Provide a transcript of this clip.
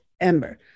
Ember